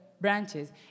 branches